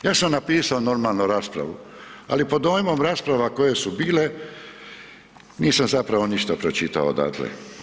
Ja sam napisao normalno raspravu, ali pod dojmom rasprava koje su bile nisam zapravo nisam pročitao odatle.